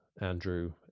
Andrew